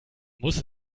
muss